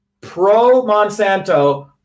pro-Monsanto